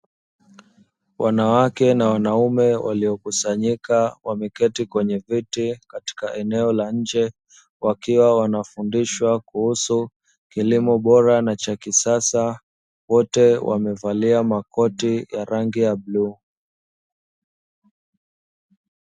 Wanawake na wanaume waliokusanyika, wameketi kwenye viti katika eneo la nje, wakiwa wanafundishwa kuhusu kilimo bora na cha kisasa, wote wamevalia makoti ya rangi ya bluu.